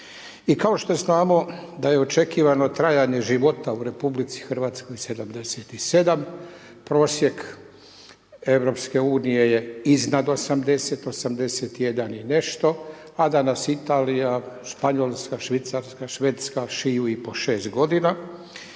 I kao što znamo da je očekivanje trajanje života u RH 77, prosjek EU je iznad 80, 81 i nešto, a da nas Italija, Španjolska, Švicarska, Švedska šiju i po 6 g.